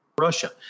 Russia